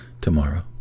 tomorrow